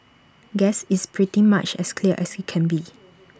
guess it's pretty much as clear as IT can be